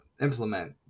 implement